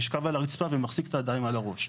נשכב על הרצפה ומחזיק את הידיים על הראש.